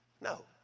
No